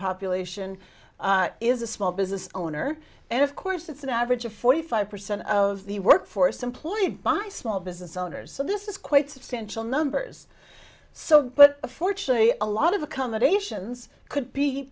population is a small business owner and of course it's an average of forty five percent of the workforce employed by small business owners so this is quite substantial numbers so but fortunately a lot of accommodations could be